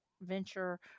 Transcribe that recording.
venture